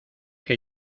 que